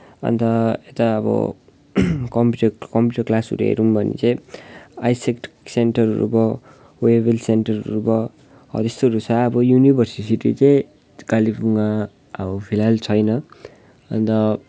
अन्त यता अब कम्प्युटर कम्प्युटर क्लासहरू हेरौँ भने चाहिँ आइसेक्ट सेन्टरहरू भयो वेबल सेन्टरहरू भयो हो यस्तोहरू छ अब युनिभर्सिटी चाहिँ कालिम्पोङमा अब फिलहाल छैन अन्त